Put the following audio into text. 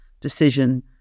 decision